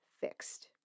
fixed